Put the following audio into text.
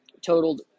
totaled